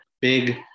big